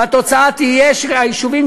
והתוצאה תהיה שהיישובים,